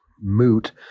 moot